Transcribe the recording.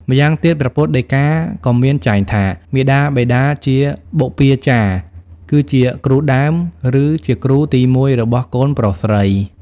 ម្យ៉ាងទៀត ព្រះពុទ្ធដីការក៏មានចែងថា មាតាបិតាជាបុព្វាចារ្យ គឺជាគ្រូដើម ឬជាគ្រូទី១របស់កូនប្រុសស្រី ។